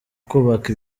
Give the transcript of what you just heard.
kubaka